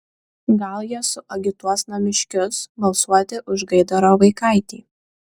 gal jie suagituos namiškius balsuoti už gaidaro vaikaitį